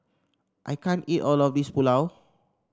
I can't eat all of this Pulao